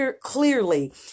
clearly